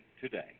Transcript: today